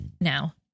Now